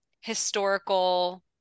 historical